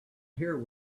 here